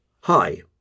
Hi